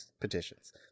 petitions